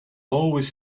always